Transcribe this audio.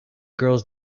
girls